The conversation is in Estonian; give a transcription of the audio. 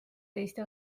teiste